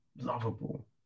lovable